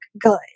good